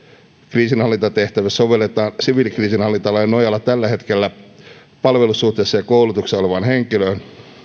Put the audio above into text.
kriisinhallintatehtävissä sovelletaan siviilikriisinhallintalain nojalla tällä hetkellä palvelussuhteessa ja koulutuksessa olevaan henkilöön